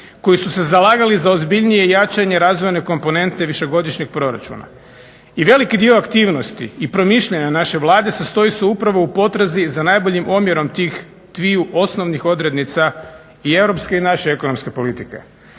koji su se zalagali za ozbiljnije i jačanje razvojne komponente višegodišnjeg proračuna. I veliki dio aktivnosti i promišljanja naše Vlade sastoji se upravo u potrazi za najboljim omjerom tih dviju osnovnih odrednica i europske i naše ekonomske politike.